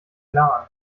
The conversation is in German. lahn